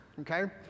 okay